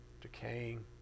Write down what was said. decaying